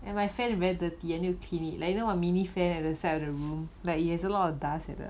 and my fan very dirty I need to clean it like you know the mini fan at the side of the room like it has a lot of dust at the